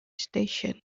station